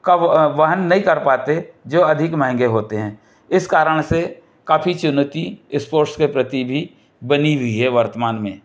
कब वहन नहीं कर पाते जो अधिक महंगे होते हैं इस कारण से काफ़ी चुनौती स्पोर्ट्स के प्रति भी बनी हुई है वर्तमान में